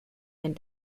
and